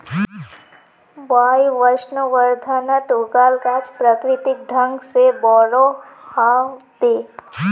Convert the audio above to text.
वायवसंवर्धनत उगाल गाछ प्राकृतिक ढंग से बोरो ह बे